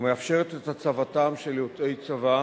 ומאפשרת את הצבתם של יוצאי צבא